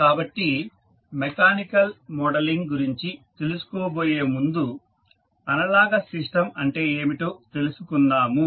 కాబట్టి mechanical modelling గురించి తెలుసుకోబోయే ముందు అనలాగస్ సిస్టమ్ అంటే ఏమిటో తెలుసుకుందాము